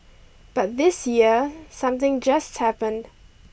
but this year something just happened